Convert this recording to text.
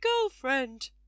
girlfriend